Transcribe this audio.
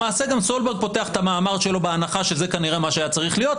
למעשה גם סולברג פותח את המאמר שלו בהנחה שזה כנראה מה שהיה צריך להיות,